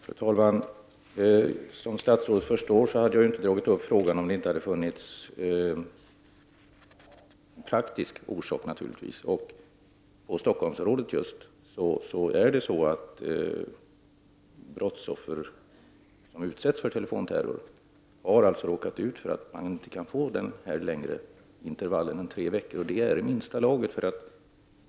Fru talman! Som statsrådet förstår hade jag inte tagit upp denna fråga till diskussion om det inte funnits en orsak till det. I Stockholmsområdet är det så, att brottsoffer som utsätts för telefonterror har råkat ut för att de inte kan få längre intervall än tre veckor. Det är i minsta laget.